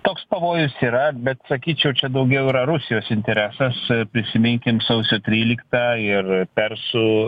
toks pavojus yra bet sakyčiau čia daugiau yra rusijos interesas prisiminkim sausio tryliktą ir persų